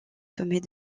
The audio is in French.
sommets